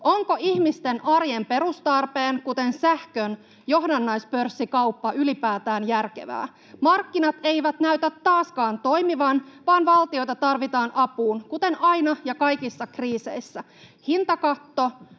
onko ihmisten arjen perustarpeen, kuten sähkön, johdannaispörssikauppa ylipäätään järkevää. Markkinat eivät näytä taaskaan toimivan, vaan valtiota tarvitaan apuun, kuten aina ja kaikissa kriiseissä. Hintakatto,